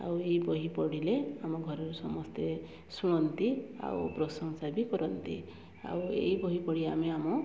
ଆଉ ଏଇ ବହି ପଢ଼ିଲେ ଆମ ଘରର ସମସ୍ତେ ଶୁଣନ୍ତି ଆଉ ପ୍ରଶଂସା ବି କରନ୍ତି ଆଉ ଏଇ ବହି ପଢ଼ି ଆମେ ଆମ